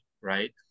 right